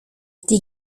die